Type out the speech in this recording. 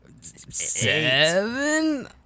seven